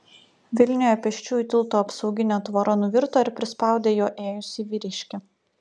vilniuje pėsčiųjų tilto apsauginė tvora nuvirto ir prispaudė juo ėjusį vyriškį